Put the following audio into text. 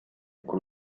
con